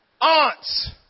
aunts